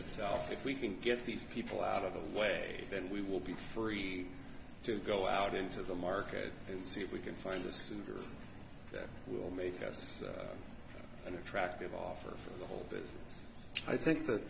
itself if we can get these people out of the way then we will be free to go out into the market and see if we can find the suitors that will make us an attractive offer for the whole biz i think that